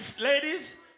ladies